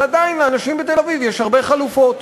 אבל עדיין לאנשים בתל-אביב יש הרבה חלופות.